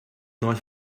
not